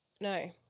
no